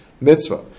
mitzvah